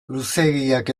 luzeegiak